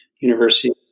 University